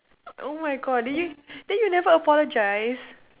oh my God did you then you never apologize